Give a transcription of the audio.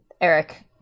Eric